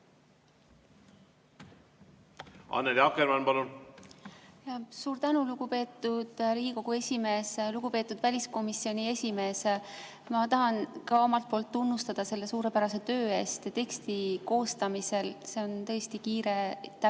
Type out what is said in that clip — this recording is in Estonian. Annely Akkermann, palun! Suur tänu, lugupeetud Riigikogu esimees! Lugupeetud väliskomisjoni esimees! Ma tahan ka omalt poolt tunnustada selle suurepärase töö eest teksti koostamisel. See tehti tõesti kiirelt, see